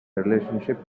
relationship